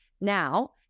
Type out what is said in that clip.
now